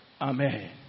Amen